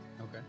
Okay